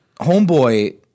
homeboy